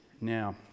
now